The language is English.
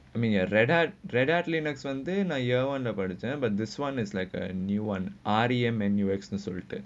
I mean Red Hat Red Hat Linux something about a year but this [one] is like a new [one] R_E_M manual X accelerated